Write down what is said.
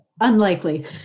unlikely